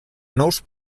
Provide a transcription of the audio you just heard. nous